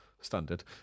standard